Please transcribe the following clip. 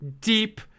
deep